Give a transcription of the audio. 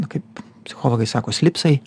kaip psichologai sako slipsai